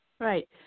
Right